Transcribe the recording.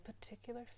particular